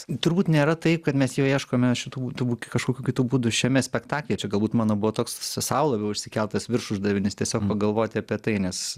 turbūt nėra taip kad mes jau ieškome šitų tų kažkokių kitų būdų šiame spektaklyje čia galbūt mano buvo toks sa sau labiau išsikeltas virš uždavinys tiesiog pagalvoti apie tai nes